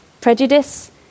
Prejudice